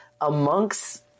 amongst